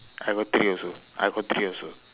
I got three also I got three also